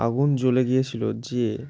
আগুন জ্বলে গিয়েছিল যে